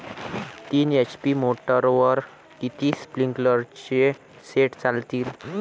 तीन एच.पी मोटरवर किती स्प्रिंकलरचे सेट चालतीन?